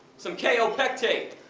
some kaopectate?